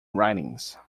ridings